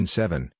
seven